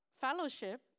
fellowship